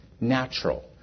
natural